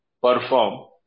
perform